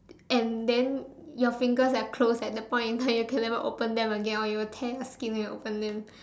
and then your fingers are closed at that point in time you can never open them again or you will tear your skin when you open them